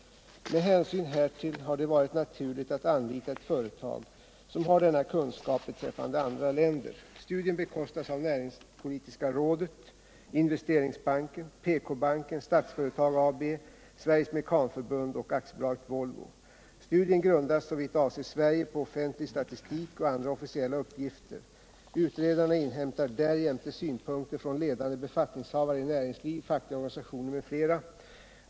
Med hänsyn härtill har det varit naturligt att anlita ett företag som har denna kunskap beträffande andra länder. Studien bekostas av näringspolitiska rådet, Investeringsbanken, PK banken, Statsföretag AB, Sveriges Mekanförbund och AB Volvo. Studien grundas såvitt avser Sverige på offentlig statistik och andra officiella uppgifter. Utredarna inhämtar därjämte synpunkter från ledande befattningshavare i näringsliv, fackliga organisationer m.fl.